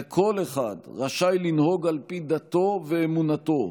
וכל אחד רשאי לנהוג על פי דתו ואמונתו,